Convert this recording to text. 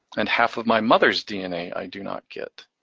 and half of my mother's dna i do not get.